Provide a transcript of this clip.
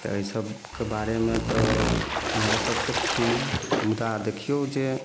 तऽ एहिसबके बारेमे तऽ ओएह सब सोचथिन मुदा देखियौ जे